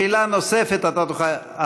בשאלה נוספת אתה תוכל.